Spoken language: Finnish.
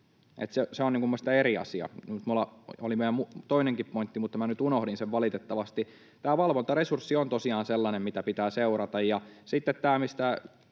minun mielestäni eri asia. — Oli minulla toinenkin pointti, mutta minä nyt unohdin sen valitettavasti. Tämä valvontaresurssi on tosiaan sellainen, mitä pitää seurata. Ja sitten tämä, mistä